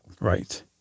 Right